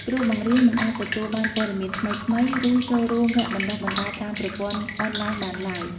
គ្រូបង្រៀនមិនអាចទទួលបានព័ត៌មានថ្មីៗ ឬចូលរួមវគ្គបណ្តុះបណ្តាលតាមប្រព័ន្ធអនឡាញបានឡើយ។